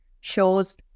shows